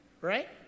Right